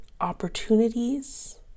opportunities